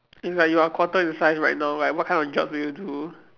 it's like you are quarter in size right now like what kind of jobs do you do